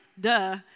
duh